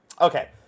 okay